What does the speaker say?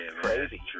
crazy